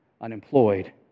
Unemployed